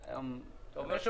עסקיים,